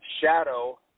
SHADOW